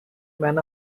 man